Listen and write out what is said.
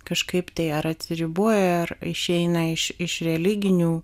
kažkaip tai ar atsiriboja ar išeina iš iš religinių